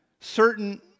certain